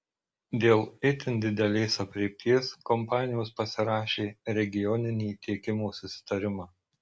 dėl itin didelės aprėpties kompanijos pasirašė regioninį tiekimo susitarimą